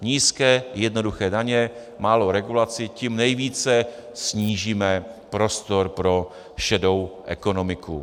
Nízké, jednoduché daně, málo regulací, tím nejvíce snížíme prostor pro šedou ekonomiku.